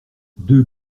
deux